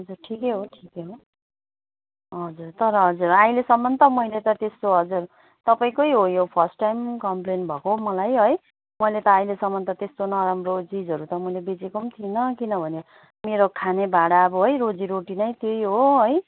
हजुर ठिकै हो ठिकै हो हजुर तर हजुर अहिलेसम्म त मैले त त्यस्तो हजुर तपाईँकै हो यो फर्स्ट टाइम कम्पेलेन भएको है मलाई है मैले त अहिलेसम्म त त्यस्तो नराम्रो चिजहरू त बेचेको पनि थिइन किनभने मेरो खाने भाँडा अब है रोजीरोटी नै त्यही हो है